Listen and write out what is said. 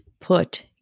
put